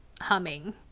humming